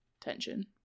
tension